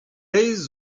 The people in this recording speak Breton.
laezh